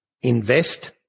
invest